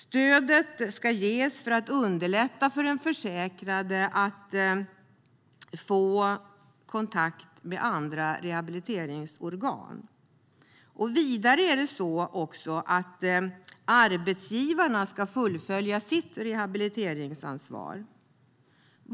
Stödet ska ges för att underlätta för den försäkrade att få kontakt med andra rehabiliteringsorgan. Vidare ska arbetsgivarna fullfölja sitt rehabiliteringsansvar.